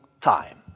time